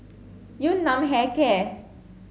Yun Nam Hair Care